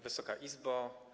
Wysoka Izbo!